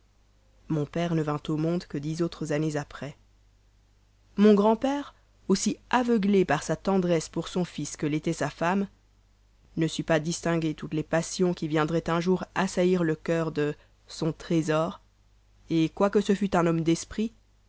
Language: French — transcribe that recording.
mon grand-père aussi aveuglé par sa tendresse pour son fils que l'était sa femme ne sut pas distinguer toutes les passions qui viendraient un jour assaillir le coeur de son trésor et quoique ce fût un homme d'esprit